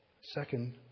Second